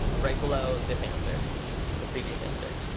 right below this answer or the previous answer?